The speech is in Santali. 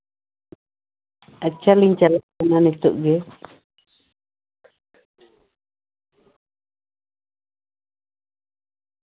ᱟᱪᱪᱷᱟ ᱞᱤᱧ ᱪᱟᱞᱟᱜ ᱠᱟᱱᱟ ᱱᱤᱛᱳᱜ ᱜᱮ